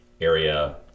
area